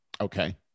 Okay